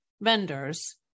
vendors